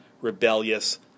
rebellious